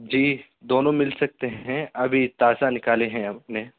جی دونوں مل سکتے ہیں ابھی تازہ نکالے ہیں ہم نے